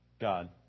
God